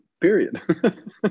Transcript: period